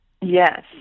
Yes